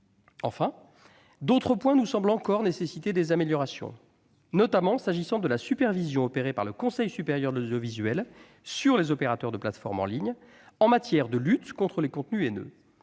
Enfin, d'autres points nous semblent encore nécessiter des améliorations, notamment s'agissant de la supervision opérée par le Conseil supérieur de l'audiovisuel sur les opérateurs de plateforme en ligne en matière de lutte contre les contenus haineux.